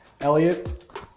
Elliot